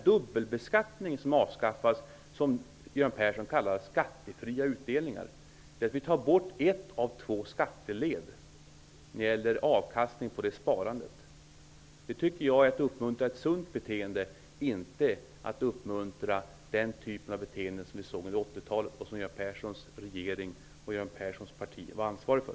Dubbelbeskattningen avskaffas -- Göran Persson påstår att det innebär en skattefri utdelning -- genom att vi tar bort ett av två skatteled när det gäller avkastning på sparande i företag. Det är att uppmuntra ett sunt beteende, inte den typ av beteende som vi såg under 80-talet och som Göran Perssons regering och parti var ansvariga för.